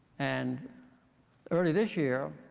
and early this year,